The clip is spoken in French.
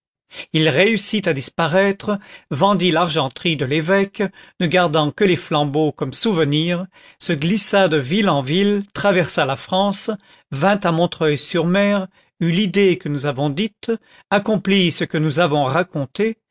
il réussit à disparaître vendit l'argenterie de l'évêque ne gardant que les flambeaux comme souvenir se glissa de ville en ville traversa la france vint à montreuil sur mer eut l'idée que nous avons dite accomplit ce que nous avons raconté